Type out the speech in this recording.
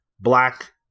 black